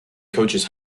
coaches